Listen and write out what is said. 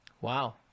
Wow